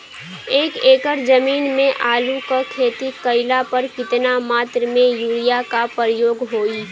एक एकड़ जमीन में आलू क खेती कइला पर कितना मात्रा में यूरिया क प्रयोग होई?